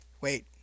Wait